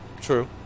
True